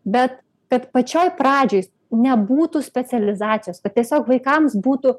bet kad pačioj pradžioj nebūtų specializacijos kad tiesiog vaikams būtų